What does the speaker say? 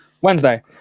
Wednesday